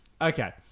Okay